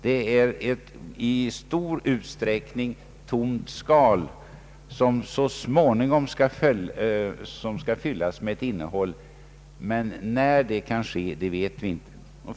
Den är i stor utsträckning ett tomt skal som skall fyllas med ett innehåll, men när det kan ske vet vi inte.